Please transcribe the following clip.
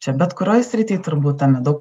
čia bet kurioj srity turbūt tame daug